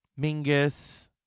Mingus